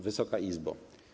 Wysoka Izbo!